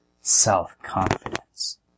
self-confidence